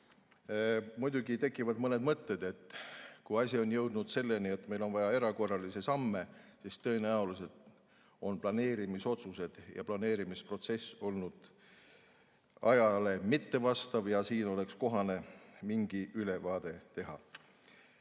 väärt. Muidugi tekivad mõned mõtted. Kui asi on jõudnud selleni, et meil on vaja erakorralisi samme, siis tõenäoliselt on planeerimisotsused ja planeerimisprotsess olnud ajale mittevastavad ja siin oleks kohane mingi ülevaade